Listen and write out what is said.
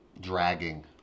Dragging